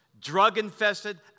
drug-infested